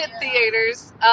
theaters